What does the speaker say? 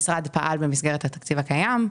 במסגרת התקציב הקיים.